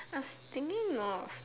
I was thinking more of